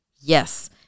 yes